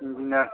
engineer